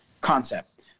concept